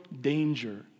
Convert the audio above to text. danger